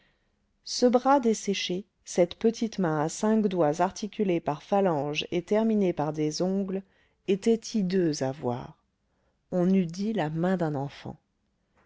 ce bras desséché cette petite main à cinq doigts articulés par phalanges et terminés par des ongles étaient hideux à voir on eût dit la main d'un enfant